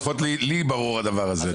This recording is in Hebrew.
לפחות, לי ברור הדבר הזה.